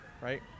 right